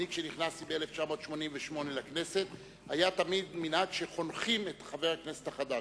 כשנכנסתי ב-1988 לכנסת היה מנהג שחונכים את חבר הכנסת החדש.